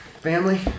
Family